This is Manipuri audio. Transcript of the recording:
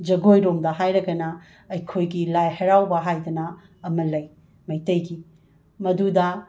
ꯖꯒꯣꯏꯔꯣꯝꯗ ꯍꯥꯏꯔꯒꯅ ꯑꯩꯈꯣꯏꯒꯤ ꯂꯥꯏ ꯍꯔꯥꯎꯕ ꯍꯥꯏꯗꯅ ꯑꯃ ꯂꯩ ꯃꯩꯇꯩꯒꯤ ꯃꯗꯨꯗ